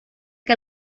que